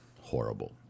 Horrible